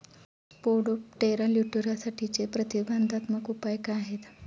Spodoptera लिट्युरासाठीचे प्रतिबंधात्मक उपाय काय आहेत?